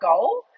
goal